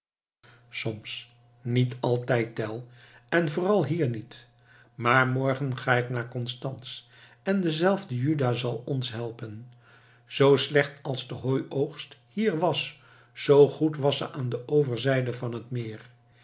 soms niet altijd tell en vooral hier niet maar morgen ga ik naar constanz en dezelfde juda zal ons helpen zoo slecht als de hooioogst hier was zoo goed was ze aan de overzijde van het meer